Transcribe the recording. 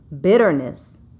bitterness